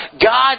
God